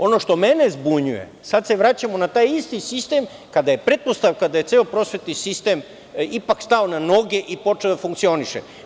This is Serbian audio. Ono što mene zbunjuje, sada se vraćamo na taj isti sistem kada je pretpostavka da je ceo prosvetni sistem ipak stao na noge i počeo da funkcioniše.